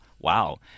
wow